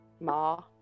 Ma